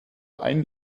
einen